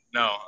no